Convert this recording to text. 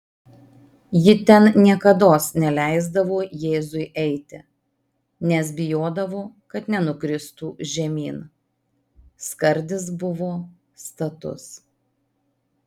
ji ten niekados neleisdavo jėzui eiti nes bijodavo kad nenukristų žemyn skardis buvo status